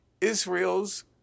Israel's